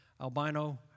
Albino